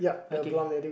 okay